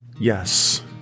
Yes